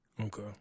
Okay